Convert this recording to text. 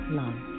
love